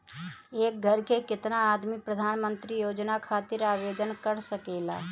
एक घर के केतना आदमी प्रधानमंत्री योजना खातिर आवेदन कर सकेला?